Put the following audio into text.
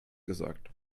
gesagt